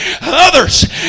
others